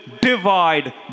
divide